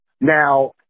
now